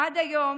עד היום,